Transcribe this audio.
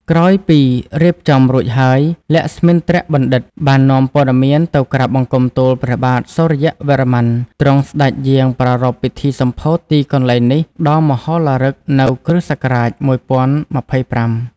ក្រោយពីរៀបចំរួចហើយ លក្ស្មិន្ទ្របណ្ឌិត បាននាំព័ត៌មានទៅក្រាបបង្គំទូលព្រះបាទសុរ្យវរ្ម័ន ទ្រង់ស្ដេចយាងប្រារព្ធពិធីសម្ពោធទីកន្លែងនេះដ៏មហោឡារិក នៅក្នុងគ.ស. ១០២៥ ។